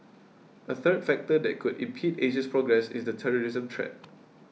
a third factor that could impede Asia's progress is the terrorism threat